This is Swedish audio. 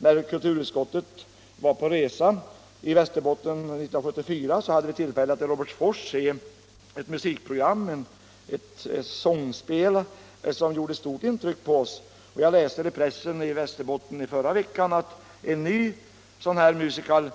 När kulturutskottet var på resa i Västerbotten 1974, hade vi tillfälle att i Robertsfors se ett musikprogram, ett sångspel, som gjorde starkt intryck på oss. Jag läste förra veckan i pressen i Västerbotten att en ny sådan musical